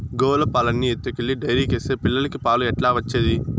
గోవుల పాలన్నీ ఎత్తుకెళ్లి డైరీకేస్తే పిల్లలకి పాలు ఎట్లా వచ్చేది